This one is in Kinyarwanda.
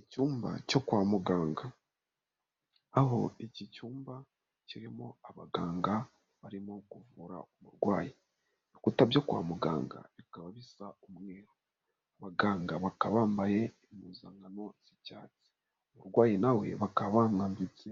Icyumba cyo kwa muganga. Aho iki cyumba, kirimo abaganga barimo kuvura umurwayi. Ibikuta byo kwa muganga bikaba bisa umweru. Abaganga bakaba bambaye impuzankano z'icyatsi. Umurwayi nawe bakaba bamwambitse